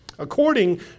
according